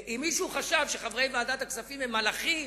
אם מישהו חשב שחברי ועדת הכספים הם מלאכים